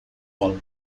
pol